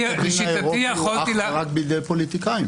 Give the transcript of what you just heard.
בית הדין האירופי הוא אך ורק בידי פוליטיקאים.